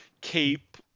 keep